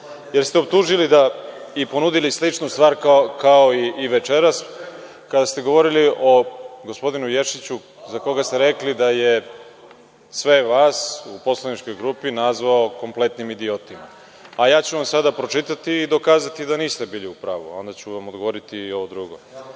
jer ste optužili i ponudili sličnu stvar kao i večeras, kada ste govorili o gospodinu Ješiću, za koga ste rekli da je sve vas u poslaničkoj grupi nazvao kompletnim idiotima. Ja ću vam sada pročitati i dokazati da niste bili u pravu, a onda ću vam odgovoriti i ovo drugo. Evo